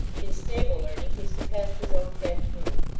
in stable learning he surpassed his own head groom,